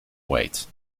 wait